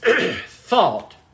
thought